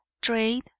trade